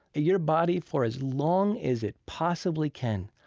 your body, for as long as it possibly can,